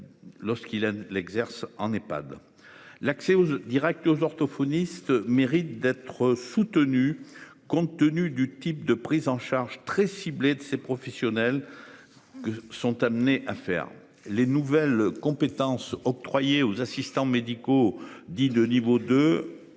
Lorsqu'il l'exerce en Ephad. L'accès aux directes aux orthophonistes mérite d'être soutenu, compte tenu du type de prise en charge très ciblée de ces professionnels. Que sont amenés à faire les nouvelles compétences octroyées aux assistants médicaux dits de niveau 2.